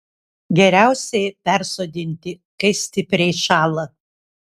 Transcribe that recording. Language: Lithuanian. geriausiai persodinti kai stipriai šąla